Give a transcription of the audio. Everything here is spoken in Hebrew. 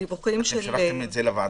אתם שלחתם את זה לוועדה?